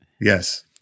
Yes